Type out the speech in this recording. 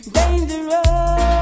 dangerous